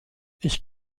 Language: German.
ich